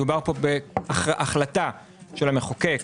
מדובר פה בהחלטת המחוקק,